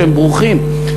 שהם ברוכים,